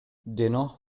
dennoch